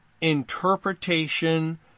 interpretation